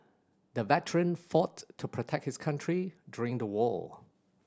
the veteran fought to protect his country during the war